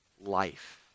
life